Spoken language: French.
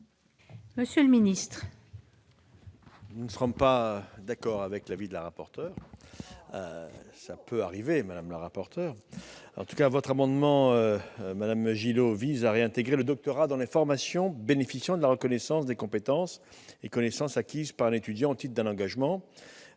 monsieur le ministre,